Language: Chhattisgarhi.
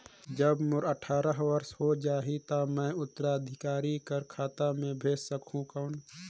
जब मोर अट्ठारह वर्ष हो जाहि ता मैं उत्तराधिकारी कर खाता मे भेज सकहुं कौन?